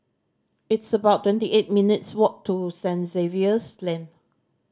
it's about twenty eight minutes' walk to Saint Xavier's Lane